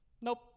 nope